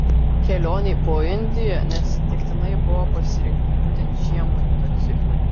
kelionei po indiją neatsitiktinai buvo pasirinkti būtent šie motociklai